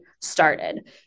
started